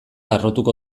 harrotuko